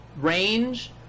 range